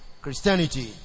Christianity